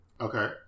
Okay